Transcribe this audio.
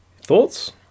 Thoughts